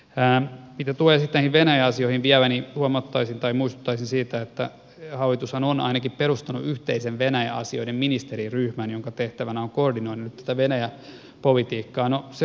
mitä tulee sitten venäjä asioihin vielä niin muistuttaisin siitä että hallitushan on ainakin perustanut yhteisen venäjä asioiden ministeriryhmän jonka tehtävänä on koordinoida tätä venäjä politiikkaa